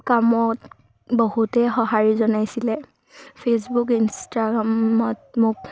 কামত বহুতে সঁহাৰি জনাইছিলে ফেচবুক ইনষ্ট্ৰাগ্ৰামত মোক